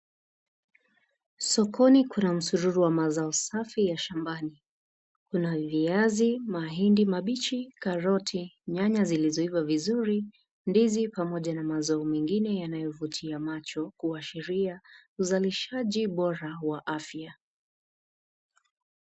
Sokoni kuna msululu wa mazao safi ya shambani. Kuna viazi, mahindi mabichi, karoti, nyanya zilizoiva vizuri, ndizi pamoja na mazao mengine yanayovutia macho kuashiria uzalishaji bora wa afya.